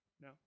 no